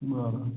बरं